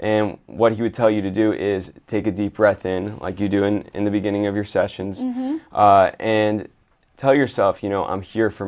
and what he would tell you to do is take a deep breath in like you do and in the beginning of your sessions and tell yourself you know i'm here for